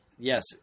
Yes